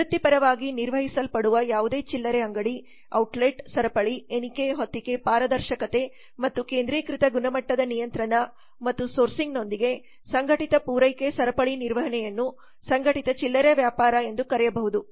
ವೃತ್ತಿಪರವಾಗಿ ನಿರ್ವಹಿಸಲ್ಪಡುವ ಯಾವುದೇ ಚಿಲ್ಲರೆ ಅಂಗಡಿ ಔಟ್ ಲೆಟ್ ಸರಪಳಿಎಣಿಕೆ ಹೊತ್ತಿಕೆ ಪಾರದರ್ಶಕತೆ ಮತ್ತು ಕೇಂದ್ರೀಕೃತ ಗುಣಮಟ್ಟದ ನಿಯಂತ್ರಣ ಮತ್ತು ಸೋರ್ಸಿಂಗ್ನೊಂದಿಗೆ ಸಂಘಟಿತ ಪೂರೈಕೆ ಸರಪಳಿ ನಿರ್ವಹಣೆಯನ್ನು ಸಂಘಟಿತ ಚಿಲ್ಲರೆ ವ್ಯಾಪಾರ ಎಂದು ಕರೆಯಬಹುದು